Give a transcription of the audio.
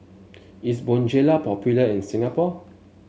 is Bonjela popular in Singapore